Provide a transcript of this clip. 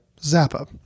Zappa